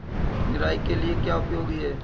निराई के लिए क्या उपयोगी है?